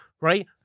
right